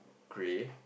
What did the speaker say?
grey